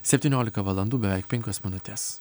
septyniolika valandų beveik penkios minutės